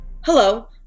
Hello